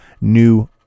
new